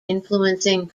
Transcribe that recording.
influencing